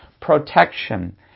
protection